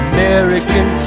American